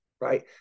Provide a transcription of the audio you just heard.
right